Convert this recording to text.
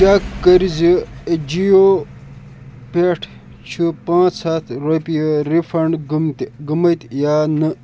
check کٔرۍ زِ جِیو پٮ۪ٹھ چھِ پانٛژھ ہَتھ رۄپیہِ رِفنٛڈ گٔمتہِ گٔمٕتۍ یا نہٕ